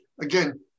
again